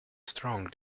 strong